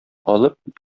алып